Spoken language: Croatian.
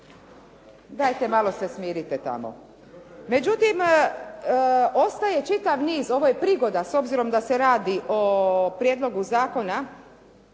Dajte malo se smirite tamo. Međutim, ostaje čitav niz ovo je prigoda s obzirom da se radi o prijedlogu zakona